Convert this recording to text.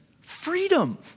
freedom